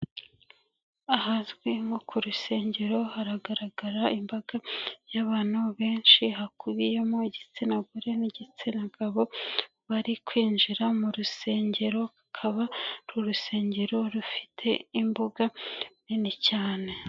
Ahazwi nko ku rusengero haragaragara imbaga y'abantu benshi hakubiyemo igitsina gore n'igitsina gabo bari kwinjira mu rusengero akaba uru rusengero rufite imbuga nini cyane.